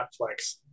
Netflix